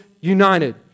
united